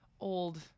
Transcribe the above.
old